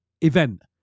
event